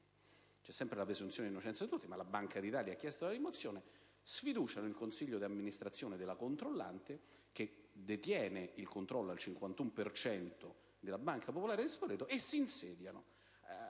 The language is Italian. c'è sempre la presunzione di innocenza, ma la Banca d'Italia ne ha chiesto la rimozione - sfiduciano il Consiglio di amministrazione della controllante, che detiene il 51,22 per cento della Banca popolare di Spoleto, e si insediano